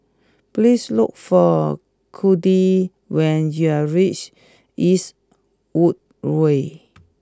please look for Codie when you reach Eastwood Way